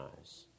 eyes